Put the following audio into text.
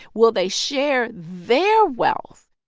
will they share their wealth?